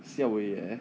siao wei eh